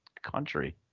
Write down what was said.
country